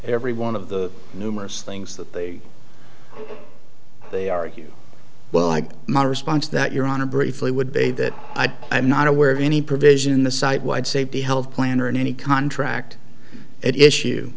every one of the numerous things that they they argue well like my response that your honor briefly would be that i'm not aware of any provision in the site wide safety health plan or any contract at issue